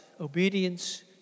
obedience